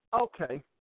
Okay